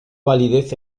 validez